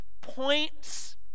points